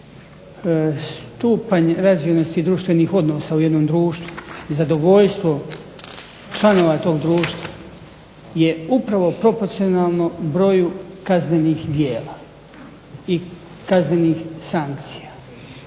Stupanj razvijenosti društvenih odnosa u jednom društvu, zadovoljstvo članova tog društva je upravo proporcionalno broju kaznenih djela, i kaznenih sankcija.